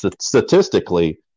Statistically